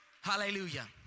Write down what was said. hallelujah